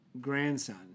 grandson